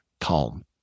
calm